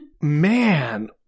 Man